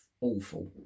awful